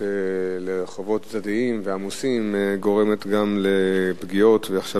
לרחובות צדדיים ועמוסים גורמת גם לפגיעות ועכשיו,